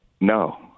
no